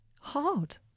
hard